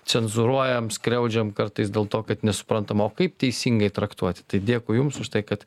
cenzūruojam skriaudžiam kartais dėl to kad nesuprantam o kaip teisingai traktuoti tai dėkui jums už tai kad